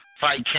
Fight